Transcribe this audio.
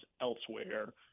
elsewhere